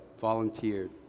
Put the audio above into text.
volunteered